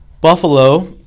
Buffalo